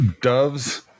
Doves